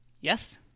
Yes